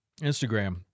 Instagram